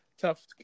tough